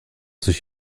sich